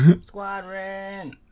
Squadron